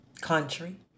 Country